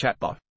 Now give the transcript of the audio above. chatbot